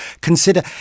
consider